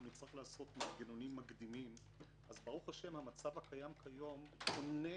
נצטרך לעשות מנגנונים מקדימים אז ברוך השם המצב הקיים היום עונה